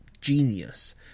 genius